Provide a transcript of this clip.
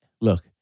look